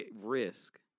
Risk